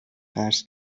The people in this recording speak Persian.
قرض